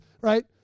right